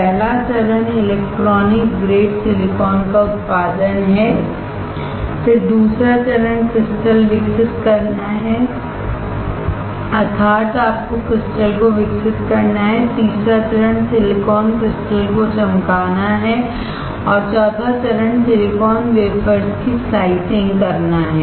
पहला चरण electronic grade silicon का उत्पादन है फिर दूसरा चरण क्रिस्टल विकसित करना है अर्थात आपको क्रिस्टल को विकसित करना है तीसरा चरण सिलिकॉन क्रिस्टल का चमकाना है और चौथा चरण सिलिकॉन वेफर्स की स्लाइसिंग करना है